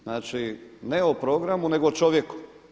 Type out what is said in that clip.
Znači ne o programu nego o čovjeku.